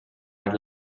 are